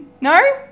No